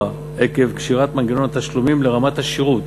עקב קשירת מנגנון התשלומים לרמת השירות,